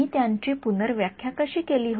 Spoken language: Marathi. मी त्यांची पुनर्व्याख्या कशी केली होती